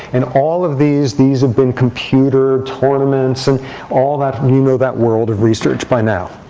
and all of these these have been computer tournaments, and all of that. you know that world of research by now.